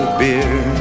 beer